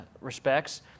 respects